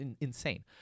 Insane